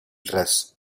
dress